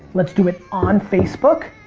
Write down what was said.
let's do it on facebook,